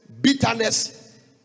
bitterness